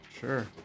Sure